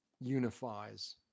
unifies